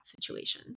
situation